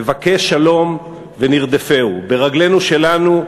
נבקש שלום ונרדפהו, ברגלינו שלנו,